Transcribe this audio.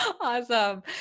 Awesome